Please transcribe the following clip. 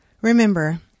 Remember